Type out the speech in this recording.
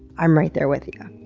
i'm right there with you.